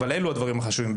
אבל אלו הדברים החשובים,